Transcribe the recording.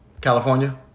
California